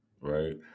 right